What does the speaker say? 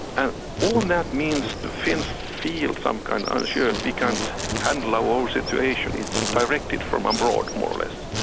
and all and that means the finns feel some kind. unsure that we can't handle our own situation. it's directed from abroad more or less.